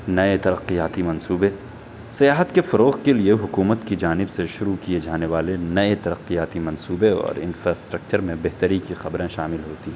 نئے ترقیاتی منصوبے سیاحت کے فروغ کے لیے حکومت کی جانب سے شروع کیے جانے والے نئے ترقیاتی منصوبے اور انفراسٹرکچر میں بہتری کی خبریں شامل ہوتی ہیں